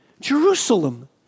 Jerusalem